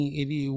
ele